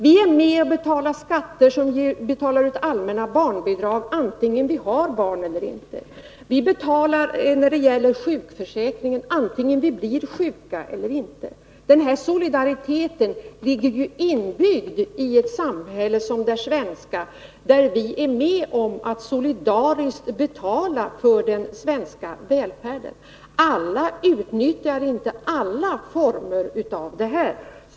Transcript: Vi är med och betalar skatter som bl.a. går till att betala ut allmänna barnbidrag, vare sig vi har barn eller inte, och vi betalar när det gäller sjukförsäkringen, vare sig vi blir sjuka eller inte. Den här solidariteten ligger inbyggd i ett samhälle som det svenska, där vi är med om att solidariskt betala för den svenska välfärden. Alla utnyttjar inte alla former av den.